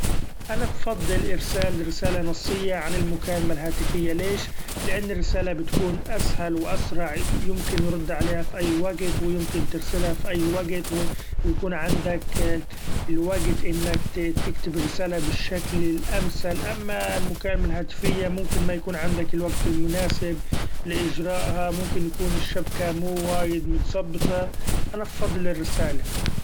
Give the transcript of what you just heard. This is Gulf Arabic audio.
أنا بفضل إرسال رسالة نصية عن المكالمة الهاتفية ليش؟ لإنه الرسالة بتكون أسهل وأسرع يمكن يرد عليها في أي وقت، ويمكن ترسلها في أي وقت ، ويكون عندك الوقت إنك تكتب الرسالة بالشكل الامثل، أما المكالمة الهاتفية ممكن ما يكون عندك الوقت المناسب لاچرائها ممكن يكون الشبكة مو وايد متظبطة أنا بفضل الرسالة.